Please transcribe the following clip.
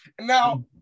Now